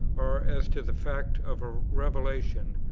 or as to the fact of a revelation,